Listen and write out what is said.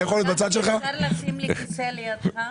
גפני, אתה יכול לשים לי כיסא לידך?